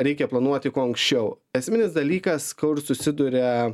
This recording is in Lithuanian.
reikia planuoti kuo anksčiau esminis dalykas kur susiduria